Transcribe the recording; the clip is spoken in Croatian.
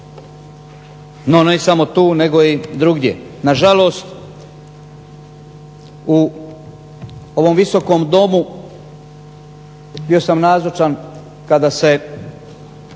No, ne samo tu nego i drugdje. Nažalost, u ovom Visokom domu bio sam nazočan neću